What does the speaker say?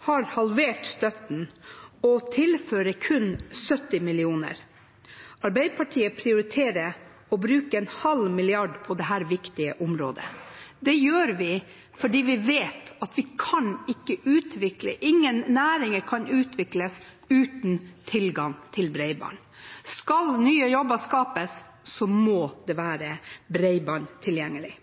har halvert støtten og tilfører kun 70 mill. kr. Arbeiderpartiet prioriterer å bruke en halv milliard på dette viktige området. Det gjør vi fordi vi vet at ingen næringer kan utvikles uten tilgang til bredbånd. Skal nye jobber skapes, må det være bredbånd tilgjengelig.